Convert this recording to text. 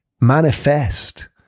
manifest